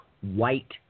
white